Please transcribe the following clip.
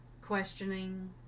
questioning